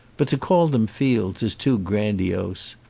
but to call them fields is too grandiose.